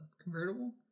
convertible